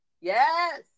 Yes